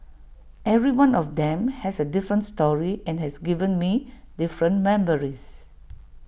every one of them has A different story and has given me different memories